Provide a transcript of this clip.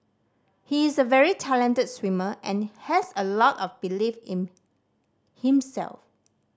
he is a very talented swimmer and has a lot of belief in himself